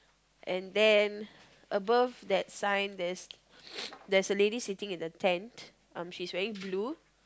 and then above that sign there's there's a lady sitting in the tent um she's wearing blue